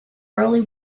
early